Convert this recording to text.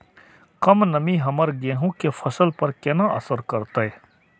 कम नमी हमर गेहूँ के फसल पर केना असर करतय?